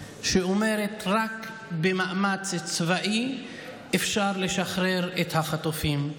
שאומרת שרק במאמץ צבאי אפשר לשחרר את החטופים.